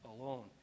alone